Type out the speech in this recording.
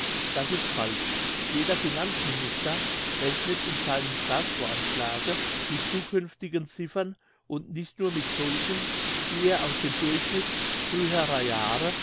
das ist falsch jeder finanzminister rechnet in seinem staatsvoranschlage mit zukünftigen ziffern und nicht nur mit solchen die er aus dem durchschnitt früherer jahre